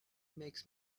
makes